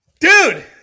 Dude